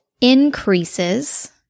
increases